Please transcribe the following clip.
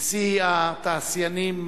נשיא התעשיינים,